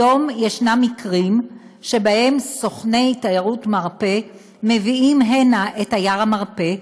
היום יש מקרים שבהם סוכני תיירות מרפא מביאים הנה את תייר המרפא,